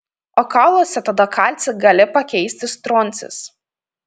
o kauluose tada kalcį gali pakeisti stroncis